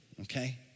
okay